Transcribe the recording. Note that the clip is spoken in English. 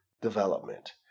development